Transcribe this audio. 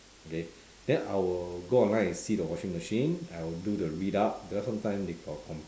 okay then I will go online and see the washing machine I will do the read up because some time they got com~